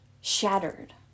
shattered